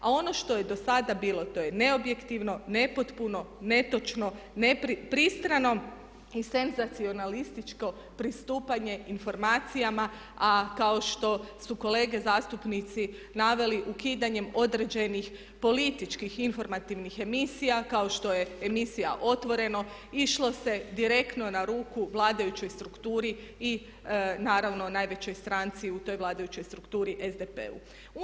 A ono što je do sada bilo, to je neobjektivno, nepotpuno, netočno, ne pristrano i senzacionalističko pristupanje informacijama a kao što su kolege zastupnici naveli ukidanjem određenih političkih informativnih emisija kao što je emisija Otvoreno išlo se direktno na ruku vladajućoj strukturi i naravno najvećoj stranci u toj vladajućoj strukturi, SDP-u.